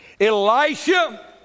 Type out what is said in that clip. Elisha